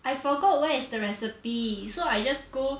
I forgot where is the recipe so I just go